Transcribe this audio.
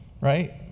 Right